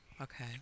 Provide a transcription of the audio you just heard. Okay